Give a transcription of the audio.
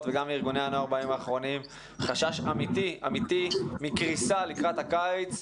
וגם מהארגוני הנוער חשש אמיתי מקריסה לקראת הקיץ.